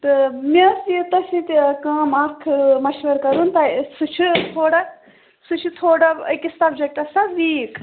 تہٕ مےٚ ٲسۍ یہِ تۄہہِ سۭتۍ کٲم اَکھ مَشوَرٕ کَرُن تۄہہِ سُہ چھُ تھوڑا سُہ چھُ تھوڑا أکِس سَبجَکٹَس حظ ویٖک